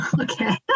Okay